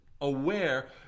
aware